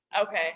Okay